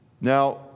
Now